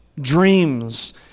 Dreams